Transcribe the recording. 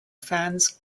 fans